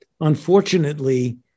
Unfortunately